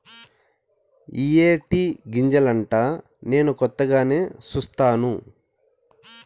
ఇయ్యే టీ గింజలంటా నేను కొత్తగానే సుస్తాను